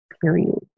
Period